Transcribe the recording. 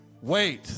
wait